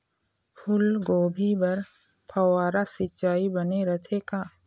फूलगोभी बर फव्वारा सिचाई बने रथे का?